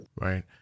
right